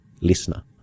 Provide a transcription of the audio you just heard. listener